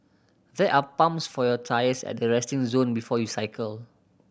there are pumps for your tyres at the resting zone before you cycle